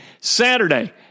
Saturday